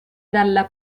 dalla